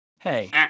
Hey